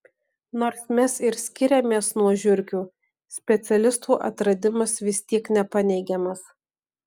nors mes ir skiriamės nuo žiurkių specialistų atradimas vis tiek nepaneigiamas